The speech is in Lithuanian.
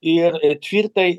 ir tvirtai